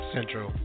Central